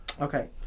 okay